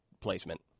placement